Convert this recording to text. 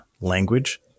language